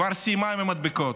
כבר סיימה עם המדבקות,